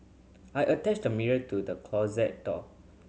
I attached the mirror to the closet door